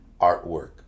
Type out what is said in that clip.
artwork